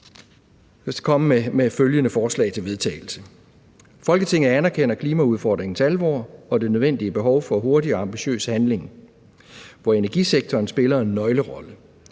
og (SP) fremsætte følgende: Forslag til vedtagelse »Folketinget anerkender klimaudfordringens alvor og det nødvendige behov for hurtig og ambitiøs handling, hvor energisektoren spiller en nøglerolle.